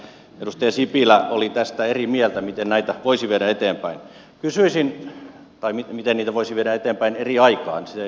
olin hieman ihmeissäni että edustaja sipilä oli tästä eri mieltä miten näitä voisi viedä eteenpäin kysäisi tai miten niitä voisi viedä eteenpäin eri aikaan se logiikka ei minulle aukea